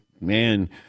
man